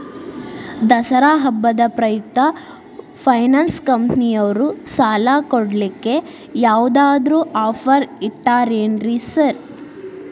ದಸರಾ ಹಬ್ಬದ ಪ್ರಯುಕ್ತ ಫೈನಾನ್ಸ್ ಕಂಪನಿಯವ್ರು ಸಾಲ ಕೊಡ್ಲಿಕ್ಕೆ ಯಾವದಾದ್ರು ಆಫರ್ ಇಟ್ಟಾರೆನ್ರಿ ಸಾರ್?